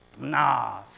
nah